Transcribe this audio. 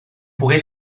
pogué